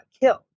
killed